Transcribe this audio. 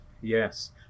yes